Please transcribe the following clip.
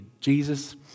Jesus